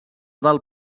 del